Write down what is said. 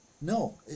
No